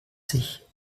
sich